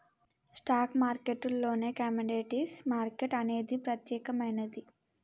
stock మార్కెట్టులోనే commodities market అనేది ప్రత్యేకమైనది